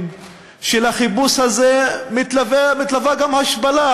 שלחיפוש הזה מתלווה גם השפלה,